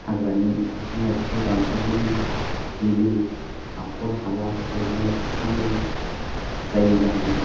हाग्रानि बिफां लाइफांखौ दानस्रांदों बिलो हाख'र हालाफोरखौ जोङो फबस्रांदों जायनि जाहोनाव